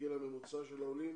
הגיל הממוצע של העולים